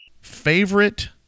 Favorite